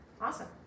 awesome